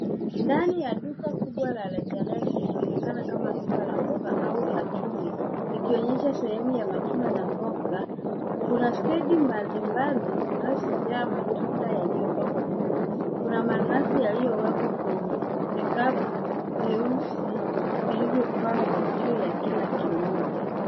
Ndani ya duka kubwa la rejareja linaonekana kama duka la mboga au la jumla likionyesha sehemu ya matunda na mboga. Kuna stadi mbalimbali zinazojaa matunda yaliyopangwa vizuri. Kuna manasi yaliyowekwa kwenye kikapu kieusi kilivyopangwa juu ya kila kimoja.